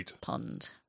pond